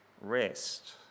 rest